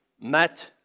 Matt